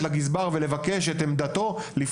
לגזבר ולבקש את עמדתו על כל הוצאה על בריסטול,